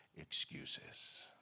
excuses